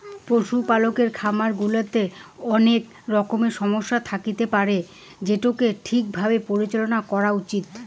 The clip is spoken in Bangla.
পশুপালকের খামার গুলাত অনেক রকমের সমস্যা থাকি পারত যেটোকে ঠিক ভাবে পরিচালনা করাত উচিত